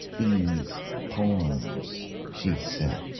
these poems, she said,